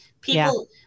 people